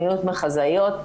מיעוט מחזאיות,